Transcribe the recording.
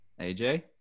AJ